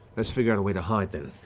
let's figure out a way to hide, then.